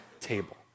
table